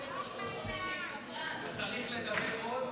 הוא צריך לדבר עוד,